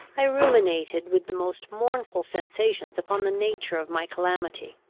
i ruminated with the most mournful sensations upon the nature of my calamity.